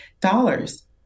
dollars